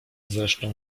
zresztą